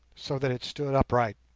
so that it stood upright.